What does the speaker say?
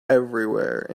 everywhere